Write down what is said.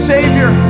Savior